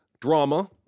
drama